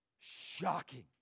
shocking